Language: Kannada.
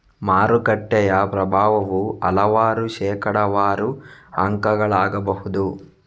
ಮಾರುಕಟ್ಟೆಯ ಪ್ರಭಾವವು ಹಲವಾರು ಶೇಕಡಾವಾರು ಅಂಕಗಳಾಗಬಹುದು